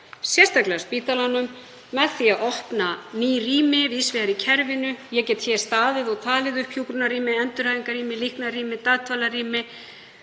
sérstaklega spítalanum með því að opna ný rými víðs vegar í kerfinu. Ég get staðið hér og talið upp hjúkrunarrými, endurhæfingarrými, líknarrými, dagdvalarrými.